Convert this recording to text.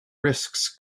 risks